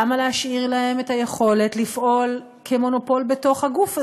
למה להשאיר להם את היכולת לפעול כמונופול בתוך הגוף הזה,